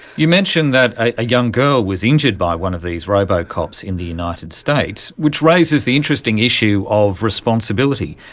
you mentioned that a young girl was injured by one of these robocops in the united states, which raises the interesting issue of responsibility.